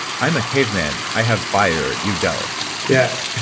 i'm a caveman. i have fire, you don't. yeah.